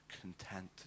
content